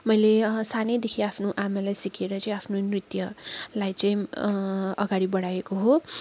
मैले सानैदेखि आफ्नो आमालाई सिकर चाहिँ आफ्नो नृत्यलाई चाहिँ अगाडि बढाएको हो